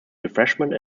refreshment